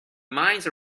mines